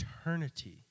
eternity